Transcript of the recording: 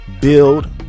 build